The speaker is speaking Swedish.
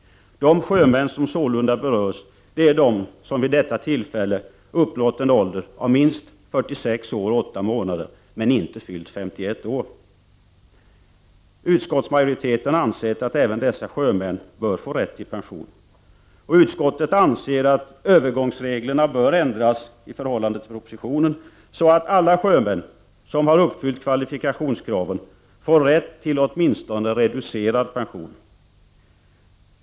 De sjömän som sålunda berörs är de som vid detta tillfälle uppnått en ålder av minst 46 år och 8 månader men inte fyllt 51 år. Utskottsmajoriteten har ansett att även dessa sjömän bör få rätt till pension. Utskottet anser vidare att övergångsreglerna bör ändras i förhållande till propositionen, så att alla sjömän som har uppfyllt kvalifikationskraven får rätt till åtminstone reducerad pension.